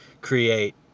create